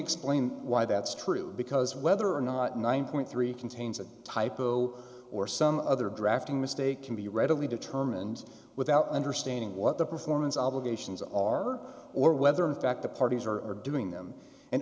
explain why that's true because whether or not nine point three contains a typo or some other drafting mistake can be readily determined without understanding what the performance obligations are or whether in fact the parties are doing them and